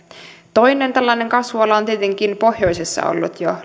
toinen tällainen kasvuala on tietenkin pohjoisessa ollut jo